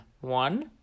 one